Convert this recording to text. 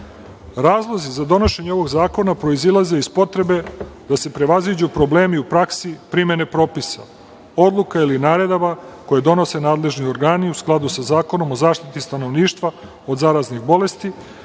Razlozi za donošenje ovog zakona proizilaze iz potrebe da se prevaziđu problemi u praksi primene propisa, odluka ili naredaba koje donose nadležni organi u skladu sa Zakonom o zaštiti stanovništva od zaraznih bolesti,